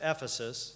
Ephesus